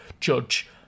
judge